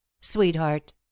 Sweetheart